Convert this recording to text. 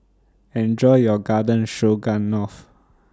Enjoy your Garden Stroganoff